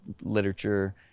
literature